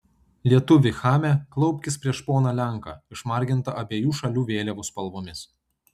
lietuvi chame klaupkis prieš poną lenką išmargintą abiejų šalių vėliavų spalvomis